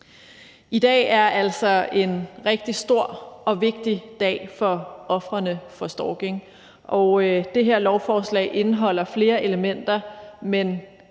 I dag er altså en rigtig stor og vigtig dag for ofrene for stalking, og det her lovforslag indeholder flere elementer, men